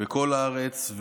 בכל הארץ.